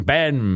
Ben